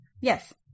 yes